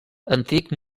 antic